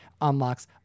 Unlocks